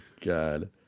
God